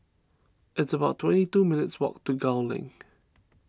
it's about twenty two minutes' walk to Gul Link